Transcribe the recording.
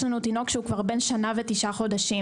לנו תינוק שהוא כבר בן שנה ותשעה חודשים,